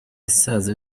isaza